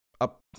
up